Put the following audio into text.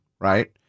right